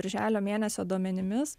birželio mėnesio duomenimis